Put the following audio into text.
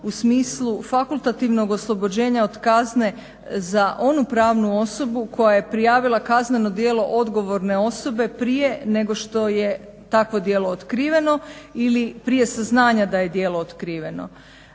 u smislu fakultativnog oslobođenja od kazne za onu pravnu osobu koja je prijavila kazneno djelo odgovorne osobe prije nego što je takvo djelo otkriveno ili prije saznanja da je djelo otkriveno.